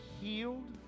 healed